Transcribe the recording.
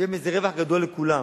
יהיה מזה רווח גדול לכולם,